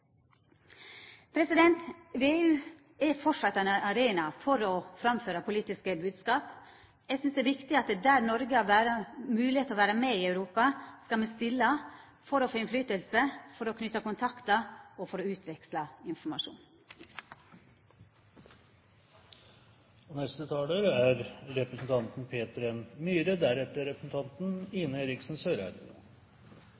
arena for å framføra politiske bodskap. Eg synest det er viktig at der Noreg har moglegheit til å vera med i Europa, skal me stilla for å få innverknad, for å knyta kontaktar og for å utveksla informasjon. Det gjelder først og fremst sak nr. 10, meldingen om Norges deltakelse i